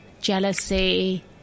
jealousy